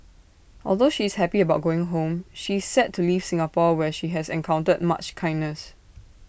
although she is happy about going home she is sad to leave Singapore where she has encountered much kindness